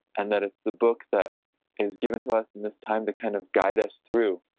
and that it's the book that is given to us in this time to kind of guide us through